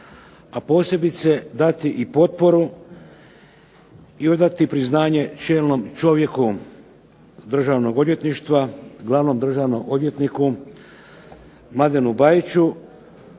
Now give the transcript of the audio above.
a posebice dati i potporu i odati priznanje čelnom čovjeku Državnog odvjetništva, glavnom državnom odvjetniku Mladenu Bajiću